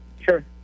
Sure